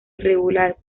irregular